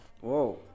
whoa